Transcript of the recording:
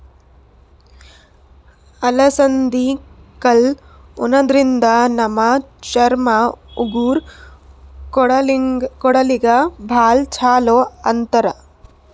ಅಲಸಂದಿ ಕಾಳ್ ಉಣಾದ್ರಿನ್ದ ನಮ್ ಚರ್ಮ, ಉಗುರ್, ಕೂದಲಿಗ್ ಭಾಳ್ ಛಲೋ ಅಂತಾರ್